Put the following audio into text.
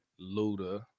Luda